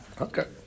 Okay